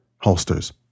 holsters